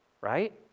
right